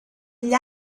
gli